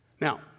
Now